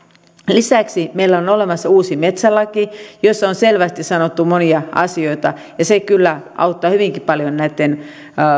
lisäksi meillä on on olemassa uusi metsälaki jossa on selvästi sanottu monia asioita ja se kyllä auttaa hyvinkin paljon